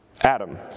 Adam